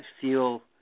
feel